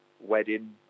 wedding